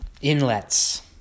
inlets